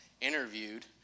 interviewed